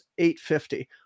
850